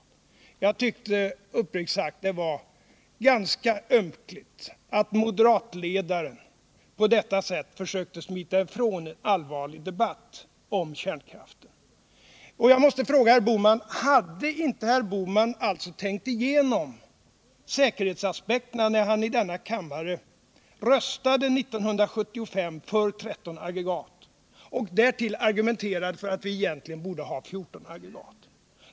Uppriktigt sagt tyckte jag att det var ganska ömkligt att moderatledaren på detta sätt försökte att smita ifrån en allvarlig debatt om kärnkraften. Jag måste fråga herr Bohman om han inte hade tänkt igenom säkerhetsaspekterna, när han i denna kammare 1975 röstade för 13 aggregat och dessutom argumenterade för att vi egentligen borde ha 14.